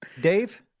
Dave